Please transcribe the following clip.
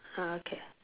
oh okay